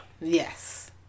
Yes